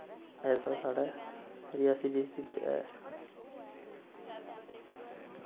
ऐसा साढ़ै रियासी डिस्ट्रिक च ऐ